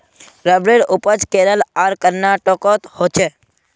रबरेर उपज केरल आर कर्नाटकोत होछे